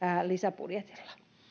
lisäbudjetilla